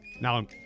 Now